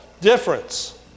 difference